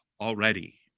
already